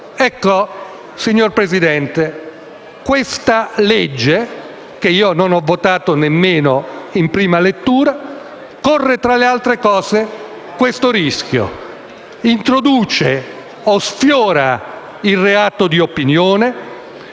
Ecco, signor Presidente, questa legge - che non ho votato nemmeno in prima lettura - corre tra le altre cose anche questo rischio. In un colpo solo introduce o sfiora il reato di opinione;